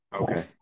Okay